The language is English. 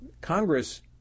Congress